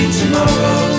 tomorrow